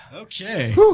Okay